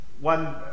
one